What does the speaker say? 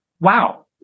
wow